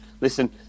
listen